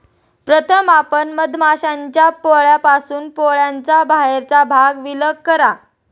प्रथम आपण मधमाश्यांच्या पोळ्यापासून पोळ्याचा बाहेरचा भाग विलग करा